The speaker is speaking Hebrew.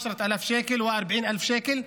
10,000 שקלים ו-40,000 שקלים,